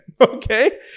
Okay